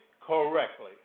correctly